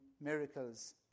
miracles